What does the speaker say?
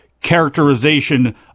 characterization